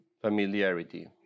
Familiarity